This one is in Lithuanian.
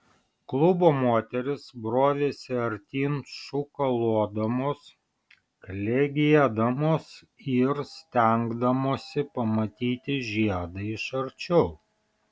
klubo moterys brovėsi artyn šūkalodamos klegėdamos ir stengdamosi pamatyti žiedą iš arčiau